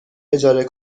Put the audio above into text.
اجاره